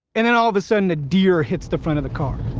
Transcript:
and then all of a sudden a deer hits the front of the car,